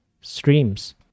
streams